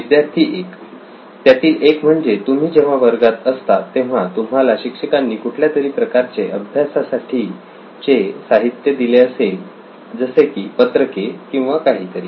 विद्यार्थी 1 त्यातील एक म्हणजे तुम्ही जेव्हा वर्गात असता तेव्हा तुम्हाला शिक्षकांनी कुठल्यातरी प्रकारचे अभ्यासासाठीचे साहित्य दिले असेल जसे की पत्रके किंवा काहीतरी